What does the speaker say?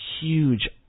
huge